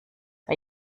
bei